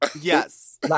Yes